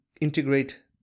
integrate